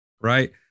right